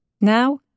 Now